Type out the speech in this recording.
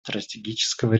стратегического